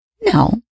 No